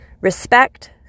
respect